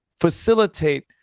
facilitate